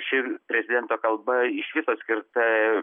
ši prezidento kalba iš viso skirta